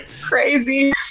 crazy